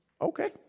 Okay